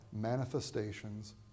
manifestations